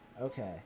Okay